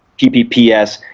p p p s,